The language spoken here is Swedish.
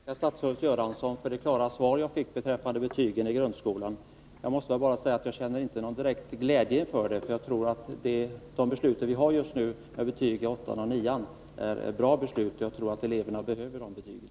Herr talman! Jag tackar statsrådet Bengt Göransson för det klara svar jag fick beträffande betygen för grundskolan. Jag måste bara säga att jag inte känner någon direkt glädje. Jag tror att de beslut vi har just nu om betyg i åttan och nian är bra beslut. Jag tror att eleverna i dessa klasser behöver